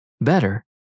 Better